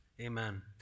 Amen